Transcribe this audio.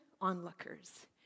onlookers